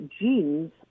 genes